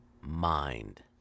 mind